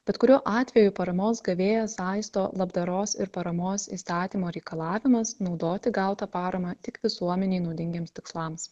bet kuriuo atveju paramos gavėją saisto labdaros ir paramos įstatymo reikalavimas naudoti gautą paramą tik visuomenei naudingiems tikslams